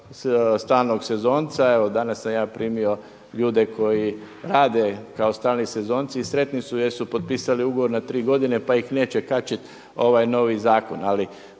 stalnog sezonca. Evo danas sam ja primio ljude koji rade kao stalni sezonci i sretni su jer su potpisali ugovor na tri godine pa ih neće kačiti ovaj novi zakon.